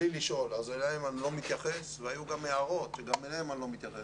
לא, הם נכנסו כרגע למאגר באופן תדיר.